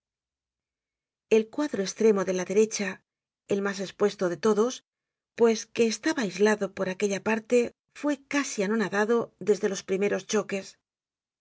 el cuadro estremo de la derecha el mas espuesto de todos pues que estaba aislado por aquella parte fue casi anonadado desde los primeros choques